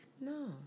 No